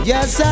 Yes